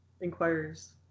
inquiries